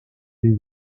des